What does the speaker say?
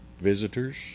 visitors